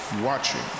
watching